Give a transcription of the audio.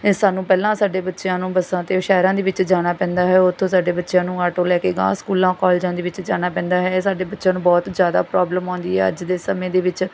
ਇਹ ਸਾਨੂੰ ਪਹਿਲਾਂ ਸਾਡੇ ਬੱਚਿਆਂ ਨੂੰ ਬੱਸਾਂ 'ਤੇ ਸ਼ਹਿਰਾਂ ਦੇ ਵਿੱਚ ਜਾਣਾ ਪੈਂਦਾ ਹੈ ਉੱਥੋਂ ਸਾਡੇ ਬੱਚਿਆਂ ਨੂੰ ਆਟੋ ਲੈ ਕੇ ਅਗਾਂਹ ਸਕੂਲਾਂ ਕਾਲਜਾਂ ਦੇ ਵਿੱਚ ਜਾਣਾ ਪੈਂਦਾ ਹੈ ਸਾਡੇ ਬੱਚਿਆਂ ਨੂੰ ਬਹੁਤ ਜ਼ਿਆਦਾ ਪ੍ਰੋਬਲਮ ਆਉਂਦੀ ਆ ਅੱਜ ਦੇ ਸਮੇਂ ਦੇ ਵਿੱਚ